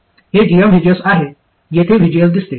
हे gmvgs आहे येथे vgs दिसते